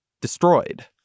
destroyed